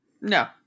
no